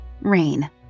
Rain